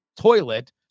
toilet